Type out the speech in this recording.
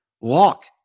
walk